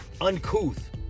uncouth